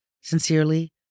Sincerely